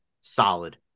solid